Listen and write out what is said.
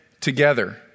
together